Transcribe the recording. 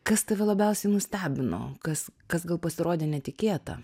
kas tave labiausiai nustebino kas kas gal pasirodė netikėta